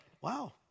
wow